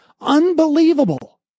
unbelievable